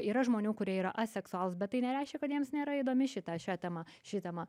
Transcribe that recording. yra žmonių kurie yra aseksualūs bet tai nereiškia kad jiems nėra įdomi šita šia tema ši tema